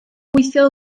gweithio